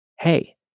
Hey